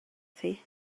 thi